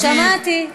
שמעתי.